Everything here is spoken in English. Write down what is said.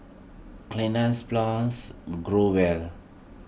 Cleanz Plus Growell